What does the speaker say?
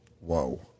whoa